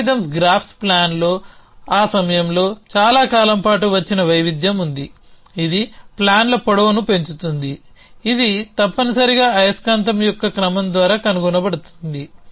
algorithms graph ప్లాన్లో ఆ సమయంలో చాలా కాలం పాటు వచ్చిన వైవిధ్యం ఉంది ఇది ప్లాన్ల పొడవును పెంచుతుందిఇది తప్పనిసరిగా అయస్కాంతం యొక్క క్రమం ద్వారా కనుగొనబడుతుంది